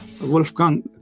Wolfgang